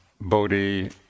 bodhi